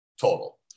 total